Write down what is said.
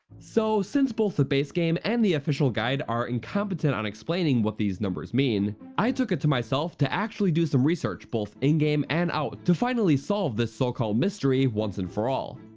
so, since both the base game and the official guide are incompetent on explaining what these numbers mean, i took it to myself to actually do some research both in game and out to finally solve this so called mystery once and for all.